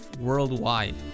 worldwide